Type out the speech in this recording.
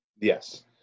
Yes